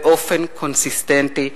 באופן קונסיסטנטי,